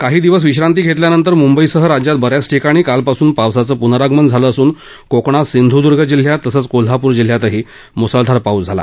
काही दिवस विश्रांती घेतल्यानंतर मुंबईसह राज्यात बऱ्याच ठिकाणी कालपासून पावसाचं पुनरागमन झालं असून कोकणात सिंधुदुर्ग जिल्ह्यात तसंच कोल्हापूर जिल्ह्यातही मुसळधार पाऊस पडला